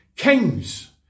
Kings